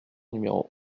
numéro